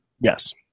Yes